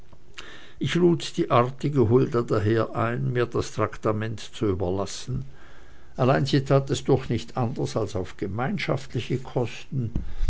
ich lud die artige hulda daher ein mir das traktament zu überlassen allein sie tat es durchaus nicht anders als auf gemeinschaftliche kosten